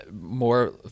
more